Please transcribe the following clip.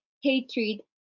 hatred